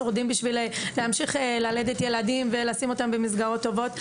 שורדים בשביל להמשיך ללדת ילדים ולשים אותם במסגרות טובות.